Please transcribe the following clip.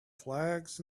flags